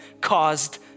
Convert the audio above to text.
caused